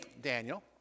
Daniel